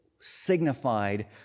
signified